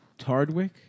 tardwick